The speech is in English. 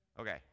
Okay